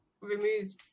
removed